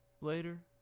later